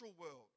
world